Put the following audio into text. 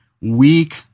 weak